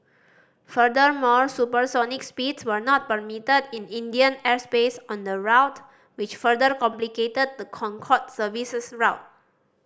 furthermore supersonic speeds were not permitted in Indian airspace on the route which further complicated the Concorde service's route